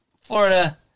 Florida